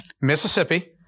Mississippi